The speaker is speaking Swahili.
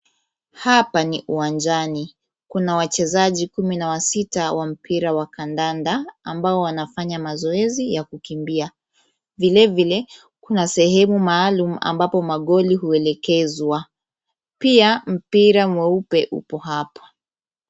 Hapa ni uwanjani. Kuna wachezaji kumi na wasita wa mpira wa kandanda ambao wanafanya mazoezi ya kukimbia. Vilevile, kuna sehemu maalum ambapo magoli huelekezwa. Pia, mpira mweupe upo hapa.